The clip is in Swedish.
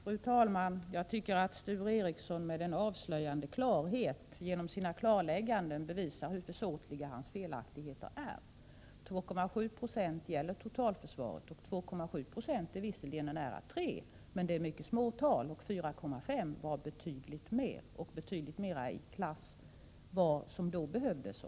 Fru talman! Jag tycker att Sture Ericson med avslöjande klarhet genom sina tillrättalägganden bevisar hur försåtliga hans felaktigheter är. 2,7 9o gäller totalförsvaret. Och 2,7 96 är visserligen nära 3 26, men det är mycket små tal, och 4,5 96 var betydligt mer och betydligt mer i klass med vad som då behövdes.